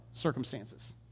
circumstances